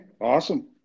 Awesome